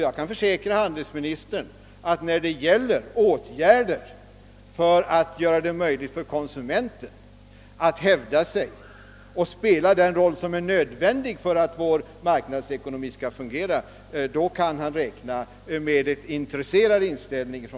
Jag kan försäkra handelsministern att han kan räkna med en intresserad inställning från vårt håll då det gäller åtgärder i syfte att möjliggöra för konsumenten att hävda sig och spela den roll som är nödvändig för att marknadsekonomin skall fungera.